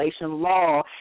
law